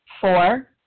Four